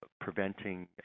preventing